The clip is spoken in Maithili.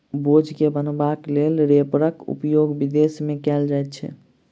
बोझ के बन्हबाक लेल रैपरक उपयोग विदेश मे कयल जाइत छै